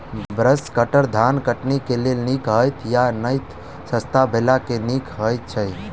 Brush cutter धान कटनी केँ लेल नीक हएत या नै तऽ सस्ता वला केँ नीक हय छै?